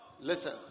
Listen